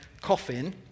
coffin